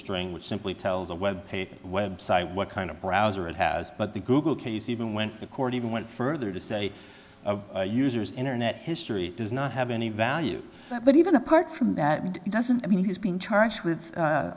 string which simply tells a web page website what kind of browser it has but the google case even went to court even went further to say users internet history does not have any value but even apart from that it doesn't mean he's being charged with